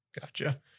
Gotcha